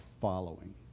following